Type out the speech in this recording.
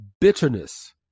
bitterness